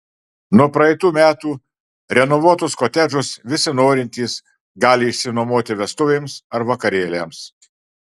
nuo praeitų metų renovuotus kotedžus visi norintys gali išsinuomoti vestuvėms ar vakarėliams